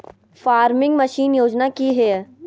Farming machine योजना कि हैय?